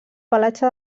pelatge